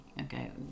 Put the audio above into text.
okay